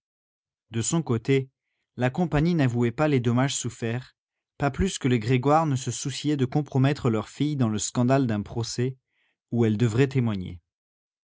de son côté la compagnie n'avouait pas les dommages soufferts pas plus que les grégoire ne se souciaient de compromettre leur fille dans le scandale d'un procès où elle devrait témoigner